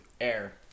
Air